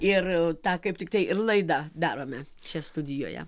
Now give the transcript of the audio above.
ir tą kaip tiktai ir laidą darome čia studijoje